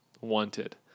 wanted